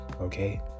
okay